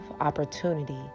opportunity